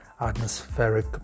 atmospheric